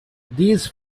these